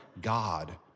God